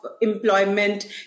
employment